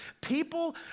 People